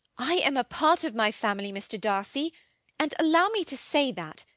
i am a part of my family, mr. darcy and allow me to say that,